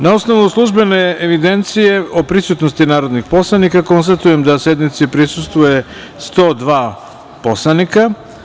Na osnovu službene evidencije o prisutnosti narodnih poslanika, konstatujem da sednici prisustvuje 91 narodni poslanik.